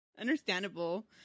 understandable